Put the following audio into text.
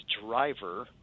driver